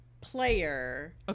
player